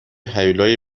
هیولای